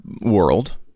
world